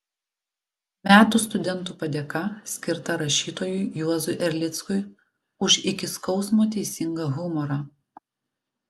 metų studentų padėka skirta rašytojui juozui erlickui už iki skausmo teisingą humorą